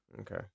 Okay